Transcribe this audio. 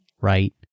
right